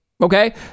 okay